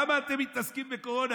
כמה אתם מתעסקים בקורונה,